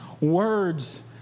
words